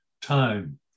Time